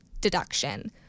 deduction